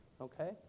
okay